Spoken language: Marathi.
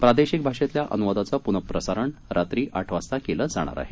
प्रादेशिक भाषेतल्या अनुवादाचं प्नःप्रसारण रात्री आठ वाजता केलं जाणार आहे